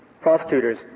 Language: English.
prosecutors